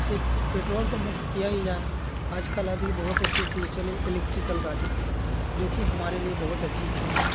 वैसे पेट्रौल तो मुक्त किया ही जाए आज कल अभी बहुत अच्छे चीज़ चली एलेक्ट्रिकल गाड़ी जो कि हमारे लिए बहुत अच्छी चीज़ है